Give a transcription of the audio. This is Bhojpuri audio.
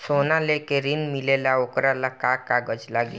सोना लेके ऋण मिलेला वोकरा ला का कागज लागी?